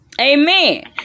Amen